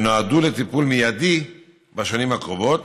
שנועדו לטיפול מיידי בשנים הקרובות.